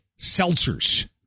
seltzers